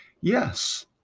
Yes